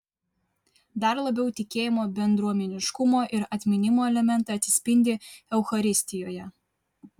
dar labiau tikėjimo bendruomeniškumo ir atminimo elementai atsispindi eucharistijoje